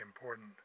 important